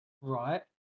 Right